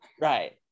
Right